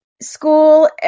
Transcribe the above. school